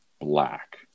black